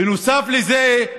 בנוסף לזה,